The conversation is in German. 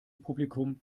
publikum